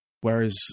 whereas